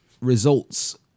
results